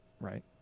right